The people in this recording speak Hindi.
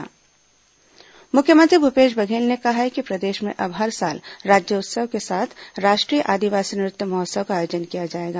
आदिवासी नृत्य महोत्सव मुख्यमंत्री भूपेश बघेल ने कहा है कि प्रदेश में अब हर साल राज्योत्सव के साथ राष्ट्रीय आदिवासी नृत्य महोत्सव का आयोजन किया जाएगा